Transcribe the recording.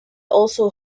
also